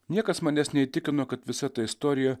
niekas manęs neįtikino kad visa ta istorija